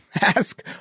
ask